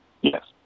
Yes